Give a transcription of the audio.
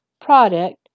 product